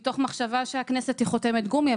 מתוך מחשבה שהכנסת היא חותמת גומי,